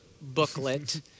booklet